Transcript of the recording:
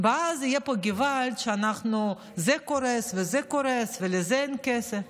ואז יהיה פה געוואלד שזה קורס וזה קורס ולזה אין כסף.